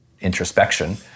introspection